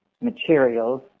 materials